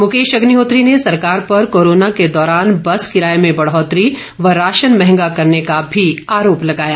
मुकेश अग्निहोत्री ने सरकार पर कोरोना के दौरान बस किराये में बढ़ौतरी व राशन मंहगा करने का भी आरोप लगाया